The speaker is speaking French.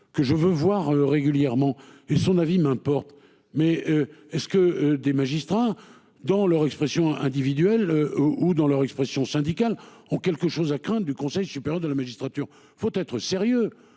que je veux voir régulièrement et son avis m'importe mais est-ce que des magistrats dans leur expression individuelle ou dans leur expression syndicale ont quelque chose à craindre du Conseil supérieur de la magistrature. Faut être sérieux